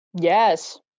Yes